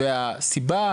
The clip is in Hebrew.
הסיבה,